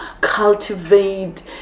cultivate